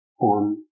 on